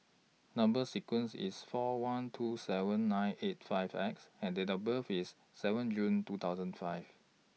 Number sequence IS four one two seven nine eight five X and Date of birth IS seven June two thousand five